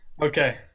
Okay